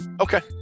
Okay